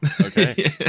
Okay